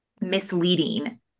misleading